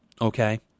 Okay